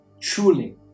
truly